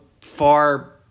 far